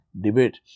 debate